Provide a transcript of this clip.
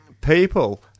people